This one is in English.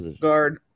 Guard